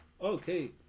Okay